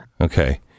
Okay